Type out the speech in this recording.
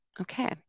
Okay